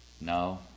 No